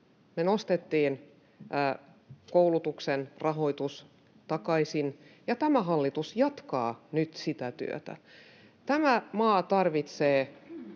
nostettiin koulutuksen rahoitus takaisin, ja tämä hallitus jatkaa nyt sitä työtä. Tämä maa tarvitsee